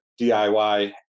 DIY